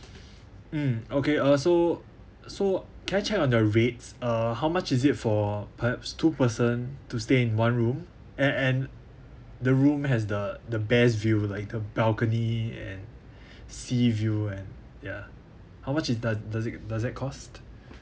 mm okay uh so so can I check on the rates uh how much is it for perhaps two person to stay in one room and and the room has the the best view like a balcony and sea view and ya how much it does does it does that cost